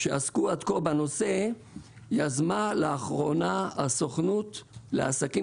שעסקו עד כה בנושא יזמה לאחרונה הסוכנות לעסקים